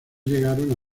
llegaron